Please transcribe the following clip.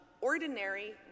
ordinary